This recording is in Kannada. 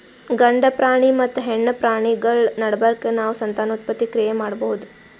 ಗಂಡ ಪ್ರಾಣಿ ಮತ್ತ್ ಹೆಣ್ಣ್ ಪ್ರಾಣಿಗಳ್ ನಡಬರ್ಕ್ ನಾವ್ ಸಂತಾನೋತ್ಪತ್ತಿ ಕ್ರಿಯೆ ಮಾಡಬಹುದ್